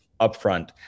upfront